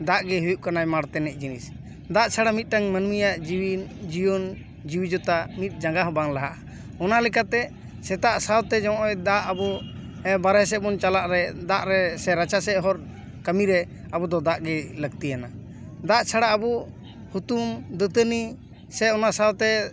ᱫᱟᱜ ᱜᱮ ᱦᱩᱭᱩᱜ ᱠᱟᱱᱟ ᱢᱟᱲ ᱛᱮᱱᱤᱡ ᱡᱤᱱᱤᱥ ᱫᱟᱜ ᱪᱷᱟᱲᱟ ᱢᱤᱫᱴᱟᱝ ᱢᱟᱹᱱᱢᱤᱭᱟᱜ ᱡᱤᱣᱤ ᱡᱤᱭᱚᱱ ᱡᱤᱣᱤ ᱡᱚᱛᱟ ᱢᱤᱫ ᱡᱟᱜᱟ ᱦᱚᱸ ᱵᱟᱝ ᱞᱟᱦᱟᱜᱼᱟ ᱚᱱᱟ ᱞᱮᱠᱟ ᱛᱮ ᱥᱮᱛᱟᱜ ᱥᱟᱶᱛᱮ ᱱᱚᱜᱼᱚᱭ ᱫᱟᱜ ᱟᱵᱚ ᱵᱟᱨᱦᱮ ᱥᱮᱫ ᱵᱚᱱ ᱪᱟᱞᱟᱜ ᱨᱮ ᱫᱟᱜ ᱨᱮ ᱥᱮ ᱨᱟᱪᱟᱥᱮᱫ ᱦᱚᱨ ᱠᱟᱹᱢᱤ ᱨᱮ ᱟᱵᱚ ᱫᱟᱜ ᱜᱮ ᱞᱟᱹᱠᱛᱤᱭᱟᱱᱟ ᱫᱟᱜ ᱪᱷᱟᱲᱟ ᱟᱵᱚ ᱦᱩᱛᱩᱢ ᱫᱟᱹᱛᱟᱹᱱᱤ ᱥᱮ ᱚᱱᱟ ᱥᱟᱶᱛᱮ